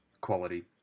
quality